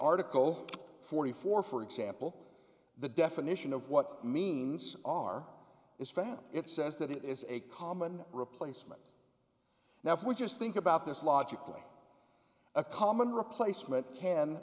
article forty four for example the definition of what means are is fact it says that it is a common replacement now if we just think about this logically a common replacement can